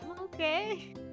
Okay